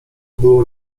było